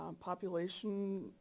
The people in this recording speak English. population